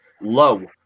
low